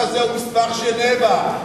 ז'נבה.